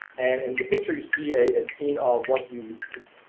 and in the picture, you see a scene of what you is,